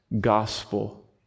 gospel